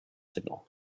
signal